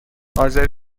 آذری